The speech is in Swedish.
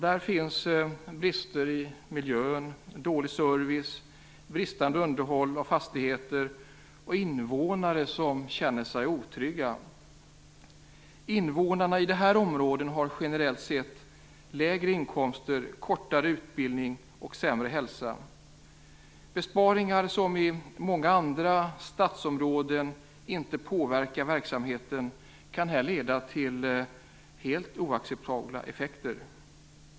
Där finns brister i miljön, dålig service, bristande underhåll av fastigheter och invånare som känner sig otrygga. Invånarna i de här områdena har generellt sett lägre inkomster, kortare utbildning och sämre hälsa. Besparingar som i många andra stadsområden inte påverkar verksamheten kan här leda till helt oacceptabla effekter.